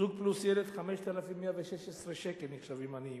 זוג פלוס ילד, 5,116 שקל נחשבים עניים.